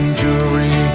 jury